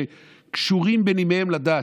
שקשורים בנימיהם לדת.